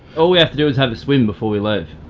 all we have to do is have a swim before we leave.